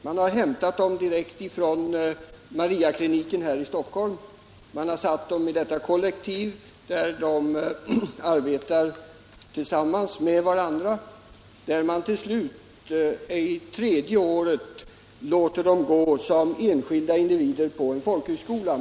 De har hämtats direkt från Mariakliniken här i Stockholm, och man har satt dem i detta kollektiv där de arbetar tillsammans med varandra. Under det tredje året i kollektivet låter man dem som enskilda individer gå på en folkhögskola.